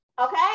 Okay